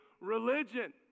religion